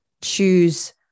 choose